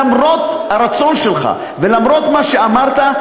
למרות הרצון שלך ולמרות מה שאמרת,